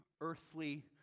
earthly